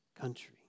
country